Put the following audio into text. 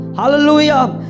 Hallelujah